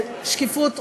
שקיפות,